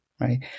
Right